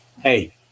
Hey